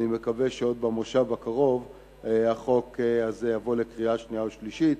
אני מקווה שעוד במושב הקרוב החוק הזה יבוא לקריאה שנייה ושלישית.